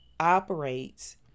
operates